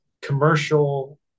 commercial